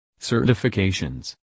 Certifications